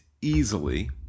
easily